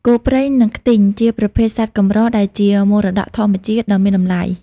គោព្រៃ និងខ្ទីង ជាប្រភេទសត្វកម្រដែលជាមរតកធម្មជាតិដ៏មានតម្លៃ។